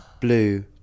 blue